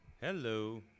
Hello